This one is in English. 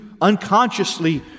unconsciously